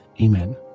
Amen